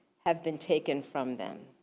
have been taken from them.